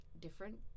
different